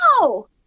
no